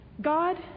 God